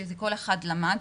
כשכל אחד למד,